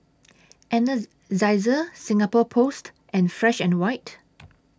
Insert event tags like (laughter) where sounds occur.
(unintelligible) Singapore Post and Fresh and White